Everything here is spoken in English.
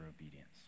obedience